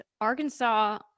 Arkansas